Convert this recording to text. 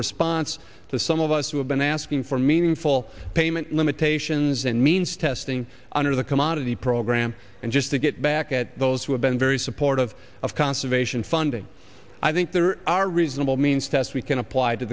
response to some of us who have been asking for meaningful payment limitations and means testing under the commodity program and just to get back at those who have been very supportive of conservation funding i think there are reasonable means test we can apply to